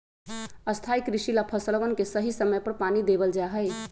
स्थाई कृषि ला फसलवन के सही समय पर पानी देवल जा हई